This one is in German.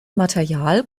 material